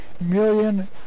million